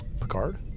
Picard